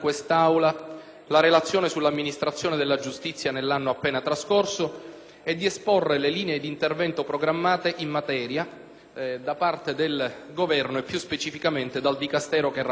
la relazione sull'amministrazione della giustizia nell'anno appena trascorso e di esporre le linee di intervento programmate in materia dal Governo e, più specificamente, dal Dicastero che rappresento.